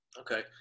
Okay